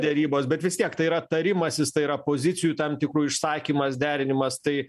derybos bet vis tiek tai yra tarimasis tai yra pozicijų tam tikrų išsakymas derinimas tai